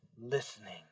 listening